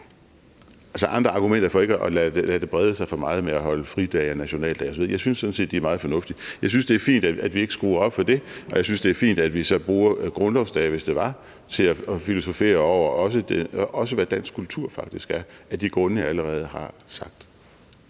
at andre argumenter for ikke at lade det at holde fridage og nationaldage osv. brede sig for meget er meget fornuftige. Jeg synes, det er fint, at vi ikke skruer op for det, og jeg synes, det er fint, at vi så bruger grundlovsdag, hvis det er, til også at filosofere over, hvad dansk kultur faktisk er, af de grunde, jeg allerede har sagt.